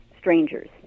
strangers